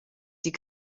die